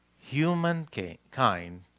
humankind